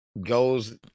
goes